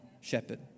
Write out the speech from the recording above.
shepherd